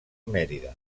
mérida